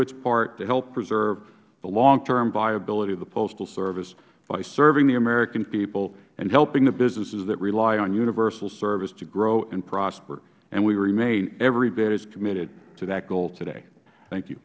its part to help preserve the long time viability of the postal service by serving the american people and helping the businesses that rely on universal service to grow and prosper and we remain every bit as committed to that goal today thank you